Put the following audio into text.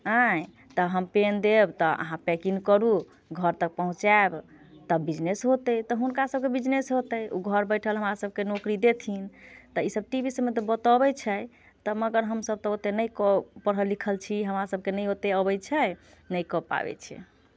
अइ तऽ हम पेन देब तऽ अहाँ पेकिंग करू घर तक पहुँचेब तब बिजनेस होतै तऽ हुनका सभके बिजनेस होतै उ घर बैठल हमरा सभके नौकरी देथिन तऽ ई सभ तऽ टीवी सभमे तऽ बतोबै छै तब मगर हमसभ तऽ ओते नइ कऽ पढ़ल लिखल छी हमरा सभके नइ ओते अबै छै नइ कऽ पाबै छियै